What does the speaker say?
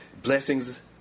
blessings